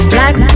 Black